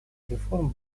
реформ